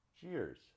Cheers